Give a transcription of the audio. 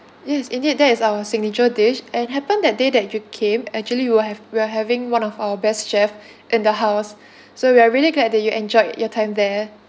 yes indeed that is our signature dish and happen that day that you came actually we will have we're having one of our best chef in the house so we are really glad that you enjoyed your time there